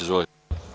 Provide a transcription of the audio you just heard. Izvolite.